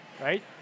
right